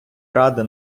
ради